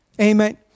Amen